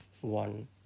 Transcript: one